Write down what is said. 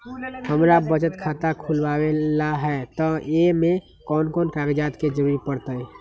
हमरा बचत खाता खुलावेला है त ए में कौन कौन कागजात के जरूरी परतई?